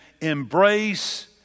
embrace